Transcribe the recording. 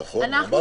אמרתי.